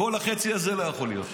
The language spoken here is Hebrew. כל החצי הזה לא יכול להיות פה.